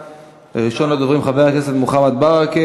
מס' 2856,